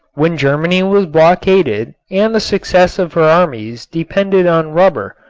when germany was blockaded and the success of her armies depended on rubber,